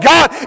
God